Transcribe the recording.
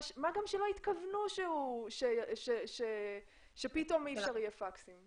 מה גם שלא התכוונו שפתאום אי אפשר יהיה לשלוח פקסים.